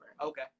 Okay